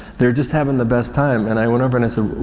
they're just having the best time. and i went over, and i said,